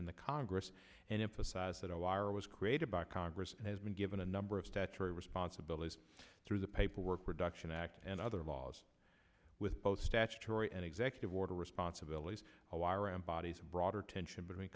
and the congress and emphasize that all wire was created by congress and has been given a number of statutory responsibilities through the paperwork reduction act and other laws with both statutory and executive order responsibilities to wire embodies a broader tension between